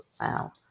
Wow